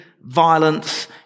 violence